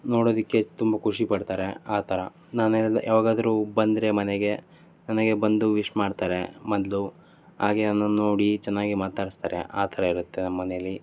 ನೋಡೋದಕ್ಕೆ ತುಂಬ ಖುಷಿ ಪಡ್ತಾರೆ ಆ ಥರ ನಾನು ಯಾವಾಗಾದರು ಬಂದರೆ ಮನೆಗೆ ನನಗೆ ಬಂದು ವಿಶ್ ಮಾಡ್ತಾರೆ ಮೊದಲು ಹಾಗೆ ನನ್ನನ್ನು ನೋಡಿ ಚೆನ್ನಾಗಿ ಮಾತಾಡಿಸ್ತಾರೆ ಆ ಥರ ಇರುತ್ತೆ ನಮ್ಮ ಮನೇಲಿ